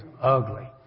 ugly